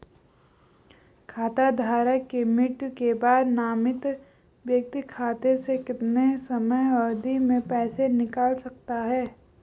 खाता धारक की मृत्यु के बाद नामित व्यक्ति खाते से कितने समयावधि में पैसे निकाल सकता है?